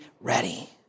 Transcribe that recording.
ready